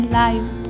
life